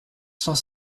cent